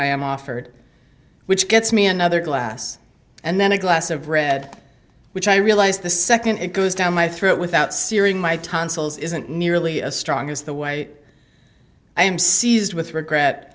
i am offered which gets me another glass and then a glass of red which i realise the second it goes down my throat without searing my tonsils isn't nearly as strong as the way i am seized with regret